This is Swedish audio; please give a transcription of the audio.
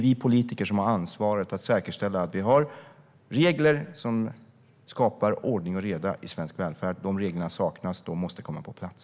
Vi politiker har ansvaret att säkerställa att det finns regler som skapar ordning och reda i svensk välfärd. De reglerna saknas och måste komma på plats.